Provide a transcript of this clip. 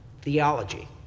theology